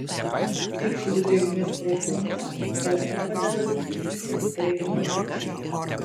tikslų drėgmės procentą ore padeda nustatyti drėgmėmačiai